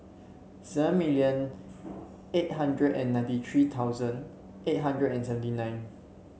seven million eight hundred and ninety three thousand eight hundred and seventy nine